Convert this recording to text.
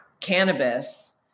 cannabis